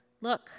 Look